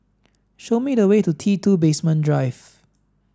show me the way to T two Basement Drive